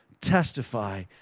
Testify